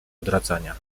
odradzania